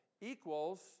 equals